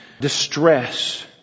distress